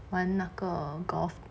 玩那个 golf